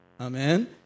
amen